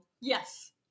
Yes